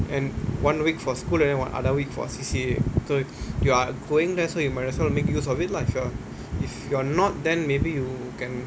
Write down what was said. and one week for school and then the other week for C_C_A so you are going there so you might as well make use of it lah if you're if you're not then maybe you can